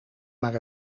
maar